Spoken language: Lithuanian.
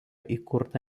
įkurta